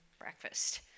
breakfast